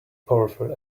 powerful